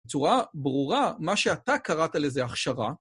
בצורה ברורה, מה שאתה קראת לזה הכשרה.